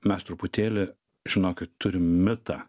mes truputėlį žinokit turim mitą